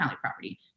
property